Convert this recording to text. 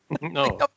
No